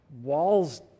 walls